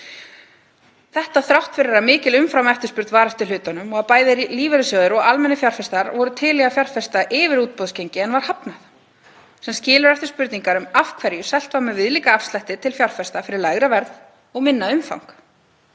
kaupenda þrátt fyrir að mikil umframeftirspurn væri eftir hlutunum og að bæði lífeyrissjóðir og almennir fjárfestar væru til í að fjárfesta yfir útboðsgengi, en var hafnað. Það skilur eftir spurningar um af hverju selt var með viðlíka afslætti til fjárfesta fyrir lægra verð og minna umfang.